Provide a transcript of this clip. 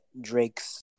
Drake's